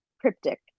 cryptic